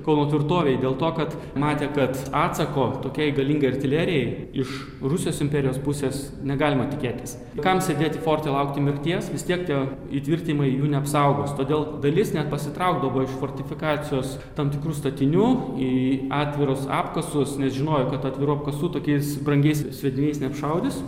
kauno tvirtovei dėl to kad matė kad atsako tokiai galingai artilerijai iš rusijos imperijos pusės negalima tikėtis kam sėdėti forte laukti mirties vis tiek tie įtvirtinimai jų neapsaugos todėl dalis net pasitraukdavo iš fortifikacijos tam tikrų statinių į atvirus apkasus nes žinojo kad atvirų apkasų tokiais brangiais sviediniais neapšaudys